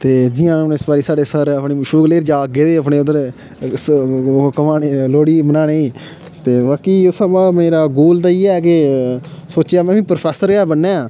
ते जि'यां हून इस बारी साढ़े सर मशूक लेई'र गेदे अपने उद्धर सो घुमाने ई लोह्ड़ी मनाने ई ते बाकी उस स्हाबा मेरा गोल ते इ'यै कि सोचेआ में बी प्रोफेसर गै बनने आं